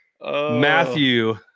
matthew